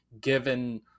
given